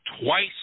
twice